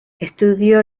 estudió